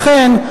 לכן,